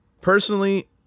Personally